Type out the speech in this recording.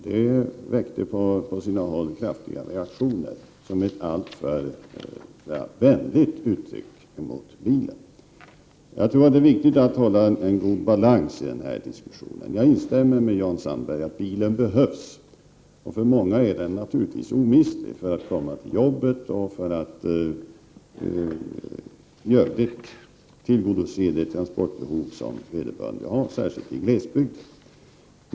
Det väckte på sina håll kraftiga reaktioner för att vi intog en alltför positiv attityd till bilismen. Jag tror att det är viktigt att hålla en god balans i den här diskussionen. Jag instämmer med Jan Sandberg i att bilen behövs. För många är den naturligtvis omistlig; den behövs för att man skall komma till jobbet och för att tillgodose de transportbehov i övrigt som man kan ha, särskilt i glesbygd.